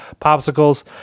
Popsicles